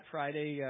Friday